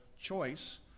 choice